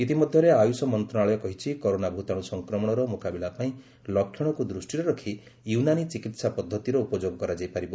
ଇତିମଧ୍ୟରେ ଆୟୁଷ ମନ୍ତ୍ରଣାଳୟ କହିଛି କରୋନା ଭୂତାଣୁ ସଫକ୍ରମଣର ମୁକାବିଲା ପାଇଁ ଲକ୍ଷଣକୁ ଦୃଷ୍ଟିରେ ରଖି ୟୁନାନି ଚିକିହା ପଦ୍ଧତିର ଉପଯୋଗ କରାଯାଇ ପାରିବ